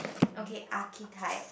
okay archetypes